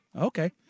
Okay